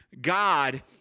God